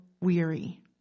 weary